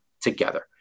Together